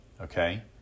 okay